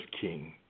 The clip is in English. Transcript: king